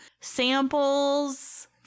samples